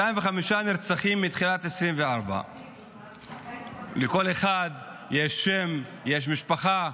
205 נרצחים מתחילת 2024. לכל אחד יש שם, יש משפחה.